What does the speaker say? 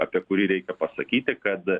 apie kurį reikia pasakyti kad